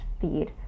feed